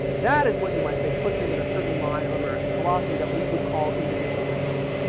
that is what you might say puts him in a certain line of american philosophy that we would call individualistic.